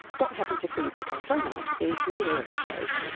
what happens if we pick our phone up is neither of those.